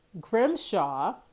Grimshaw